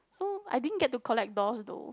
oh I didn't get to collect dolls though